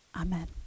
Amen